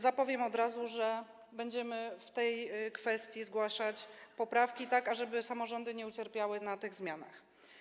Zapowiem od razu, że będziemy w tej kwestii zgłaszać poprawki, tak ażeby samorządy nie ucierpiały na tych zmianach.